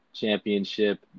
championship